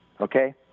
okay